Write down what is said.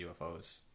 UFOs